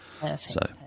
Perfect